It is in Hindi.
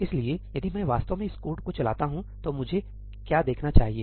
इसलिए यदि मैं वास्तव में इस कोड को चलाता हूं तो मुझे क्या देखना चाहिए